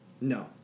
No